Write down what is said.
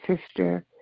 sister